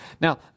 Now